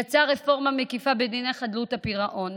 יצר רפורמה מקיפה בדיני חדלות הפירעון,